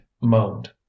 moaned